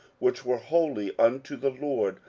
which were holy unto the lord,